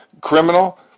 criminal